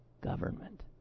government